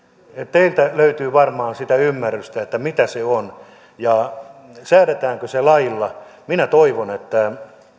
teiltä löytyy varmaan sitä ymmärrystä mitä se on ja säädetäänkö se lailla minä toivon että